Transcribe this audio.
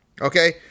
Okay